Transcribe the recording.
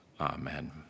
amen